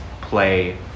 play